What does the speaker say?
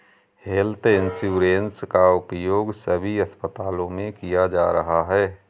health insurance का उपयोग सभी अस्पतालों में किया जा रहा है